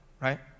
Right